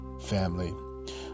family